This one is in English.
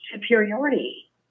superiority